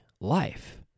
life